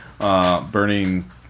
Burning